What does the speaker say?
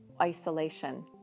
isolation